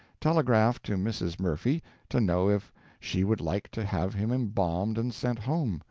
telegraphed to mrs. murphy to know if she would like to have him embalmed and sent home,